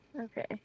Okay